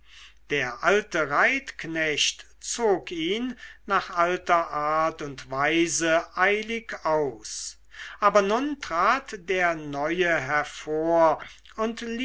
der alte reitknecht zog ihn nach alter art und weise eilig aus aber nun trat der neue hervor und